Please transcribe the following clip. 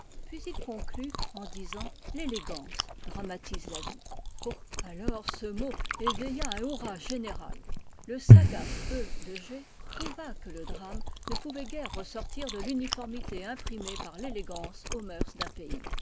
puis il conclut en disant l'élégance dramatise la vie oh alors ce mot éveilla un hourra général le sagace e de g prouva que le drame ne pouvait guère ressortir de l'uniformité imprimée par rélégance aux mœurs d'un pays